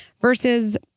Versus